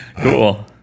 cool